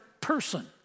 person